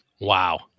Wow